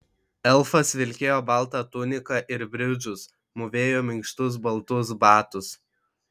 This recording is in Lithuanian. elfas vilkėjo baltą tuniką ir bridžus mūvėjo minkštus baltus batus